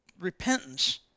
repentance